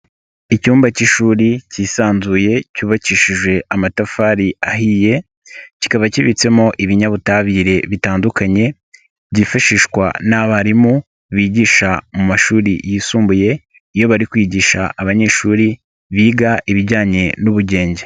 Icyumba cy'ishuri kisanzuye cyubakishije amatafari ahiye, kikaba kibitsemo ibinyabutabire bitandukanye, byifashishwa n'abarimu bigisha mu mashuri yisumbuye, iyo bari kwigisha abanyeshuri biga ibijyanye n'ubugenge.